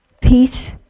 peace